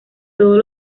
todos